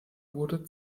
wurde